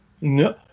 No